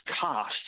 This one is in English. cost